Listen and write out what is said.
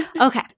Okay